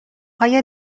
آیا